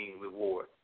reward